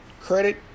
credit